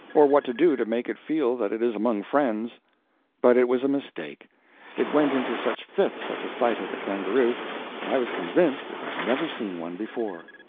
or what to do to make it feel that it is among friends but it was a mistake it went into such fits at the sight of the kangaroo that i was convinced it had never seen one before.